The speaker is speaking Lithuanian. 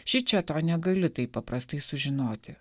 šičia to negali taip paprastai sužinoti